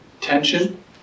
Tension